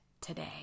today